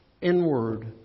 inward